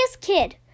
kid